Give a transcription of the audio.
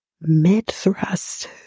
mid-thrust